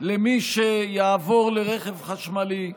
למי שיעבור לרכב חשמלי.